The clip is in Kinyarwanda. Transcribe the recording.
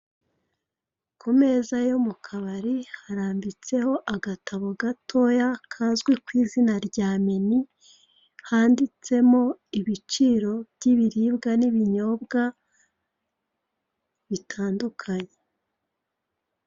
Ku meza yo mu kabari harambitseho agatabo gatoya kazwi ku izina rya menyu, handitseho ibiciro by'ibiribwa n'ibinyobwa, bitandukanye.